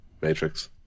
Matrix